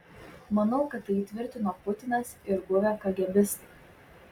manau kad tai įtvirtino putinas ir buvę kagėbistai